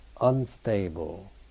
unstable